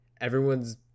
Everyone's